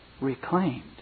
reclaimed